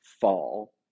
fall